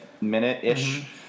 minute-ish